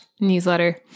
newsletter